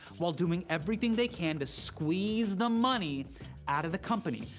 while doing everything they can to squeeze the money out of the company.